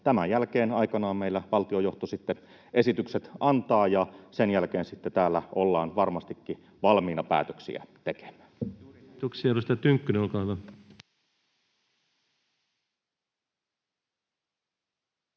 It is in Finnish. tämän jälkeen aikanaan meillä valtionjohto sitten esitykset antaa, ja sen jälkeen sitten täällä ollaan varmastikin valmiina päätöksiä tekemään. Kiitoksia.